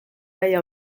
gaia